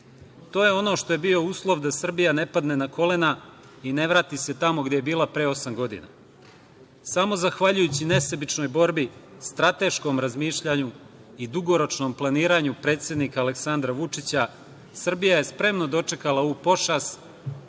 To je ono što je bio uslov da Srbija ne padne na kolena i ne vrati se tamo gde je bila pre osam godina. Samo zahvaljujući nesebičnoj borbi, strateškom razmišljanju i dugoročnom planiranju predsednika Aleksandra Vučića, Srbija je spremno dočekala ovu pošast